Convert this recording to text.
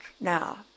now